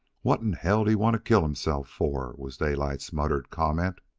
what in hell did he want to kill himself for? was daylight's muttered comment.